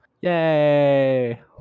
Yay